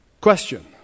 Question